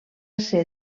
ser